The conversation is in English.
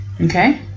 okay